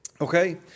Okay